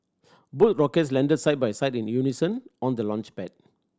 both rockets landed side by side in unison on the launchpad